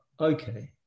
okay